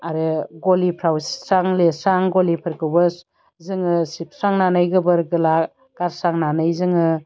आरो गलिफ्राव स्रां लिरस्रां गलिफोरखौबो जोङो सिबस्रांनानै गोबोर गोला गारस्रांनानै जोङो